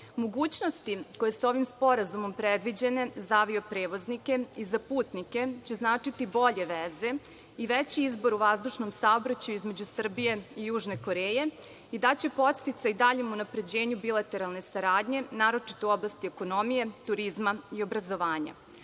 Mogućnosti koje su ovim sporazumom predviđene za avio prevoznike i za putnike će značiti bolje veze i veći izbor u vazdušnom saobraćaju između Srbije i Južne Koreje i daće podsticaj daljem unapređenju bilateralne saradnje, naročito u oblasti ekonomije, turizma i obrazovanja. Ovim